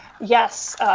Yes